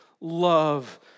love